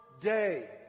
day